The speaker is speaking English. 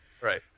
Right